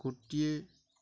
ଗୋଟିଏ